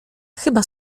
chyba